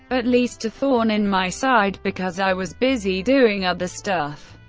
but least a thorn in my side because i was busy doing other stuff.